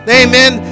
amen